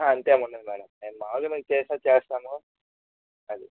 అంత ఏమి ఉండదు మేడం మేము మాములుగా మేము చేసేది చేస్తాము అది